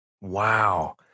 Wow